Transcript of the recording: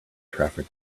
traffic